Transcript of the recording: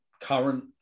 current